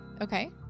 okay